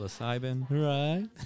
Right